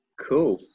Cool